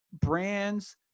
brands